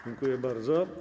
Dziękuję bardzo.